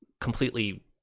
completely